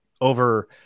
over